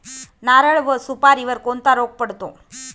नारळ व सुपारीवर कोणता रोग पडतो?